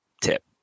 tip